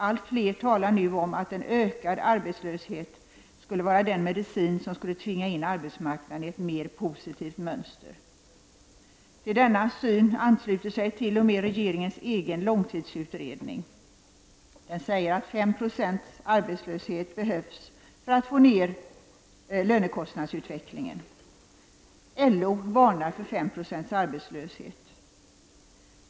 Allt fler talar nu om att en ökad arbetslöshet är den medicin som skulle tvinga in arbetsmarknaden i ett mer positivt mönster. T.o.m. regeringens egen långtidsutredning ansluter sig till denna synpunkt. I långtidsutredningen sägs att 5 20 arbetslöshet béhövs för att hejda den överdrivna lönekostnadsutvecklingen. LO varnar för en sådan arbetslöshet.